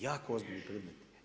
Jako ozbiljni predmeti.